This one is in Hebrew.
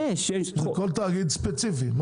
זה כל תאגיד ספציפי.